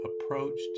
approached